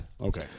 okay